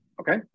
okay